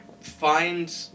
find